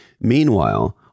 Meanwhile